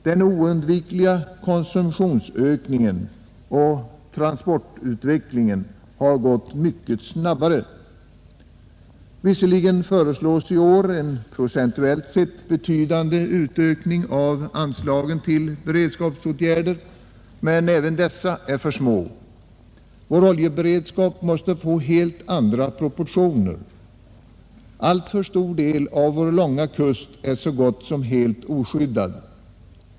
Den oundvikliga konsumtionsökningen och transportutvecklingen har gått mycket snabbare. Visserligen föreslås i år en procentuellt sett betydande utökning av anslagen till beredskapsåtgärder, men dessa är ändå för små. Vår oljeskadeberedskap måste få helt andra proportioner. Alltför stor del av vår långa kust är så gott som helt oskyddad.